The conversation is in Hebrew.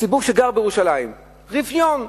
לציבור שגר בירושלים, רפיון.